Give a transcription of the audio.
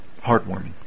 heartwarming